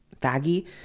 faggy